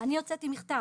אני הוצאתי מכתב,